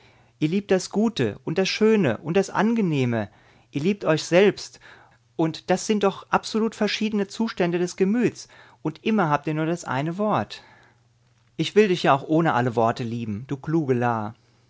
ihr liebt das gute und das schöne und das angenehme ihr liebt euch selbst und das sind doch absolut verschiedene zustände des gemüts und immer habt ihr nur das eine wort ich will dich ja ohne alle worte lieben du